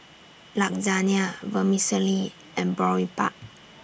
Lasagne Vermicelli and Boribap